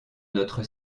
notre